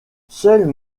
seule